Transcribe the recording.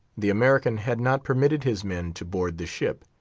the american had not permitted his men to board the ship,